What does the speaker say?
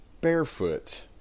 barefoot